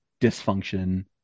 dysfunction